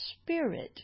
spirit